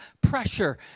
pressure